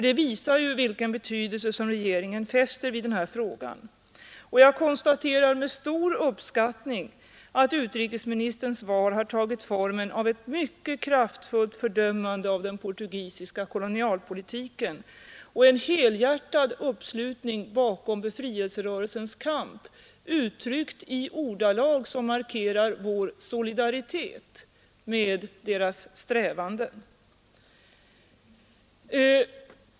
Det visar ju vilken betydelse regeringen fäster vid den här frågan. Jag konstaterar med stor uppskattning att utrikesministerns svar har tagit formen av ett mycket kraftfullt fördömande av den portugisiska kolonialpolitiken och en helhjärtad uppslutning bakom befrielserörelsens kamp uttryckt i ordalag som markerar vår solidaritet med dess strävanden.